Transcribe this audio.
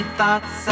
thoughts